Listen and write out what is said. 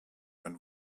ein